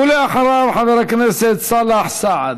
ואחריו, חבר הכנסת סאלח סעד.